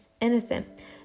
innocent